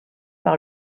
par